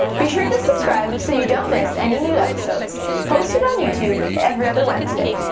be sure to subscribe so you don't miss any new episodes posted on youtube every other wednesday.